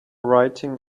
writing